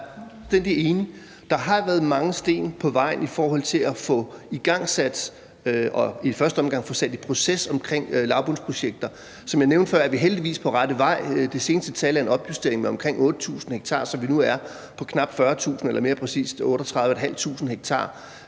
Der har været mange sten på vejen i forhold til at få igangsat og i første omgang få sat noget i proces omkring lavbundsprojekter. Som jeg nævnte før, er vi heldigvis på rette vej. Det seneste tal er en opjustering med omkring 8.000 ha, så vi nu er på knap 40.000 eller mere præcist 38.500 ha,